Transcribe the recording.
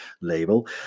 label